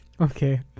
okay